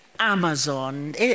Amazon